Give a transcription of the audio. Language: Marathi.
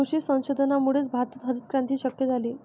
कृषी संशोधनामुळेच भारतात हरितक्रांती शक्य झाली